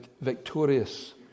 victorious